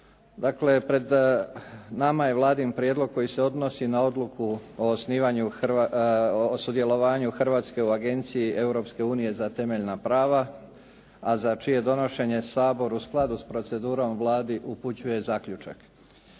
Dakle, pred nama je Vladin prijedlog koji se odnosi na odluku o sudjelovanju Hrvatske u Agencije Europske unije za temeljna prava, a za čije donošenje Sabor u skladu s procedurom Vladi upućuje zaključak.